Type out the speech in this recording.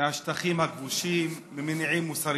מהשטחים הכבושים ממניעים מוסריים.